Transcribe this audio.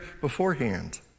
beforehand